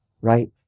right